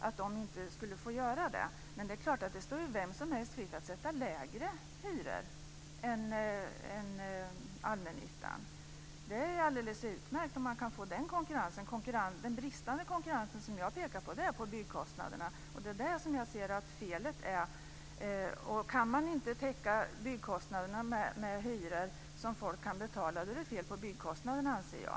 Det står självfallet vem som helst fritt att sätta lägre hyror än i allmännyttan. Det är utmärkt om man kan få den konkurrensen. Den bristande konkurrens som jag pekar på gäller byggkostnaderna, och det är där som jag ser felet. Kan man inte täcka byggkostnaderna med hyror som folk kan betala är det fel på byggkostnaderna, anser jag.